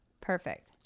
perfect